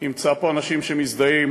ימצא פה אנשים שמזדהים